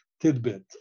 tidbit